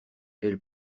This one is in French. elles